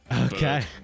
Okay